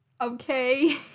Okay